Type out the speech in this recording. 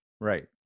right